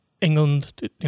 England